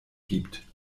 gibt